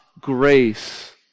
grace